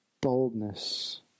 boldness